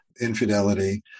infidelity